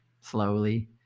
slowly